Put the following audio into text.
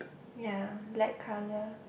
ya black colour